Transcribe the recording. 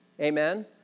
Amen